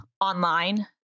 online